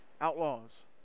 Outlaws